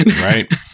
Right